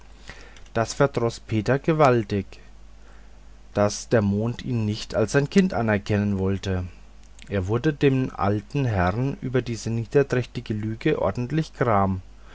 das verdroß petern gewaltig daß der mond ihn nicht als sein kind anerkennen wollte er wurde dem alten herrn über diese niederträchtige lüge ordentlich gram